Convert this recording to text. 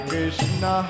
Krishna